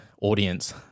audience